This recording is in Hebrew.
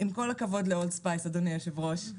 עם כל הכבוד לאולד ספייד אדוני היושב ראש.